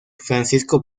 francisco